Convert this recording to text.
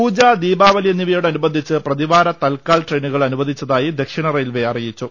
പൂജ ദീപാവലി എന്നിവയോടനുബന്ധിച്ച് പ്രതിവാര തൽക്കാൽ ട്രെയി നുകൾ അനുവദിച്ചതായി ദക്ഷിണ റെയിൽവെ അറിയിച്ചു